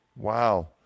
Wow